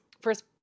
first